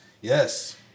yes